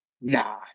nah